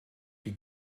die